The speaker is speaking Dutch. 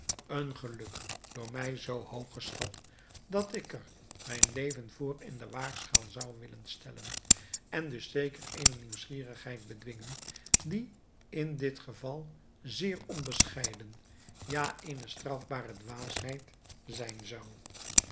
een geluk door mij zoo hooggeschat dat ik er mijn leven voor in de waagschaal zou willen stellen en dus zeker eene nieuwsgierigheid bedwingen die in dit geval zeer onbescheiden ja eene strafbare dwaasheid zijn zou